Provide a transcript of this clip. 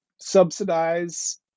subsidize